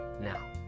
now